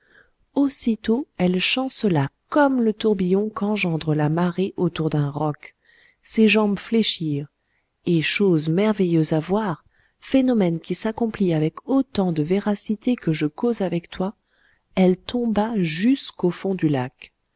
aussitôt elle chancela comme le tourbillon qu'engendre la marée autour d'un roc ses jambes fléchirent et chose merveilleuse à voir phénomène qui s'accomplit avec autant de véracité que je cause avec toi elle tomba jusqu'au fond du lac